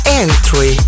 entry